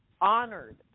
honored